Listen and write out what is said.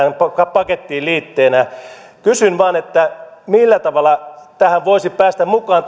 pakettiin liitteenä kysyn vain millä tavalla tähän valmisteluun voisi päästä mukaan